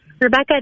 Rebecca